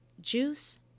Juice